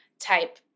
type